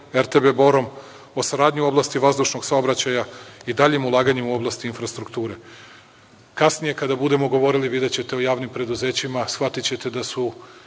RTB „Bor“, o saradnji u oblasti vazdušnog saobraćaja i daljem ulaganju u oblast infrastrukture. Kasnije kada budemo govorili o javnim preduzećima, shvatićete da su